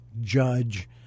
judge